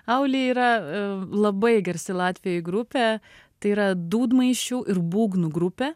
aukli yra labai garsi latvijoj grupė tai yra dūdmaišių ir būgnų grupė